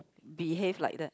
behave like that